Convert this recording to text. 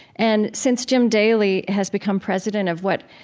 and since jim daly has become president of, what,